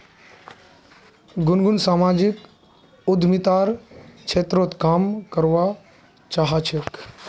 गुनगुन सामाजिक उद्यमितार क्षेत्रत काम करवा चाह छेक